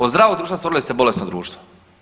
Od zdravog društva stvorili ste bolesno društvo.